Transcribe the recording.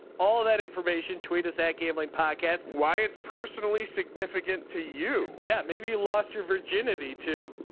all of that information tweet is a gambling podcast. why it's personally significant to you. yeah. maybe you lost your virginity to